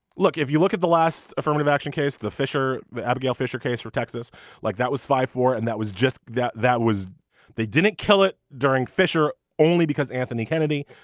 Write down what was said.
look if you look at the last affirmative action case the fisher abigail fisher case for texas like that was five four and that was just that that was they didn't kill it during fisher only because anthony kennedy.